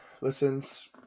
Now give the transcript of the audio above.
listens